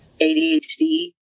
ADHD